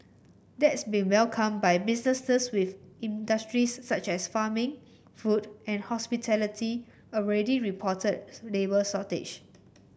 that's been welcomed by businesses with industries such as farming food and hospitality already reporting labour shortages